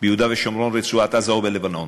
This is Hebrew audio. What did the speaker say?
ביהודה ושומרון, ברצועת-עזה או בלבנון,